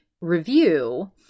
review